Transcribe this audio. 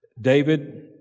David